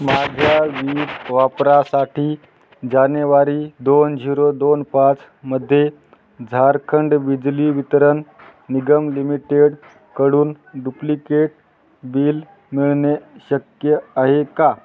माझ्या वीज वापरासाठी जानेवारी दोन झिरो दोन पाचमध्ये झारखंड बिजली वितरण निगम लिमिटेडकडून डुप्लिकेट बिल मिळणे शक्य आहे का